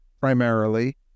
primarily